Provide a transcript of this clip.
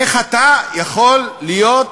איך אתה יכול להיות